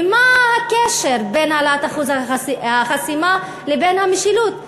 ומה הקשר בין העלאת אחוז החסימה לבין המשילות?